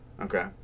Okay